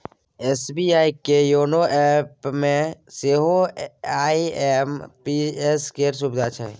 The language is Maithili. एस.बी.आई के योनो एपमे सेहो आई.एम.पी.एस केर सुविधा छै